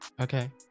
okay